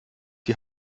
die